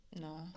No